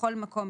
בכל מקום,